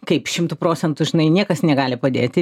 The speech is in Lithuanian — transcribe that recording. kaip šimtu procentų žinai niekas negali padėti